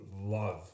love